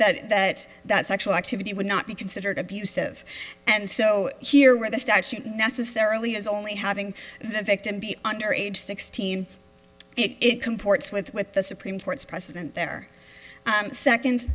such that sexual activity would not be considered abusive and so here where the statute necessarily is only having the victim be under age sixteen it comports with with the supreme court's precedent their second